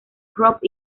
krupp